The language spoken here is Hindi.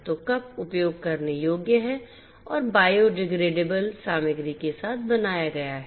तो कप उपयोग करने योग्य हैं और बायोडिग्रेडेबल सामग्री के साथ बनाया गया है